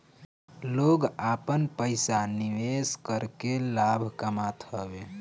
लोग आपन पईसा निवेश करके लाभ कामत हवे